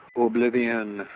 Oblivion